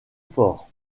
faure